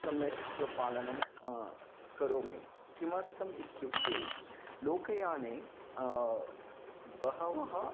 सम्यक् पालनं करोमि किमर्थम् इत्युक्ते लोकयाने बहवः